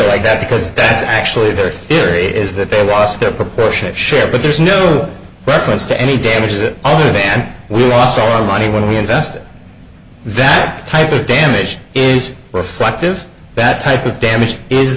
like that because that's actually very near it is that they lost their proportionate share but there's no reference to any damages that and we lost all our money when we invested that type of damage is reflective that type of damage is